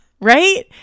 right